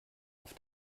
auf